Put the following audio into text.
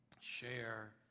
share